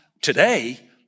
today